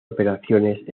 operaciones